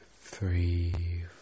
three